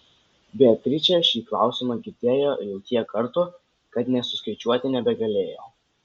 beatričė šį klausimą girdėjo jau tiek kartų kad nė suskaičiuoti nebegalėjo